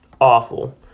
awful